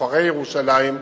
סוחרי ירושלים,